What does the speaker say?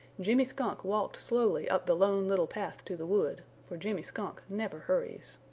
jimmy skunk walked slowly up the lone little path to the wood, for jimmy skunk never hurries.